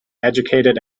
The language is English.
educated